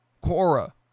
Cora